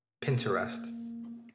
Pinterest